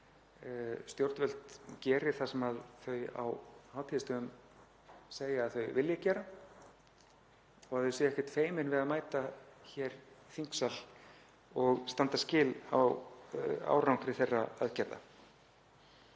að stjórnvöld geri það sem þau á hátíðisdögum segja að þau vilji gera og að þau séu ekkert feimin við að mæta hér í þingsal og standa skil á árangri þeirra aðgerða.